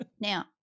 Now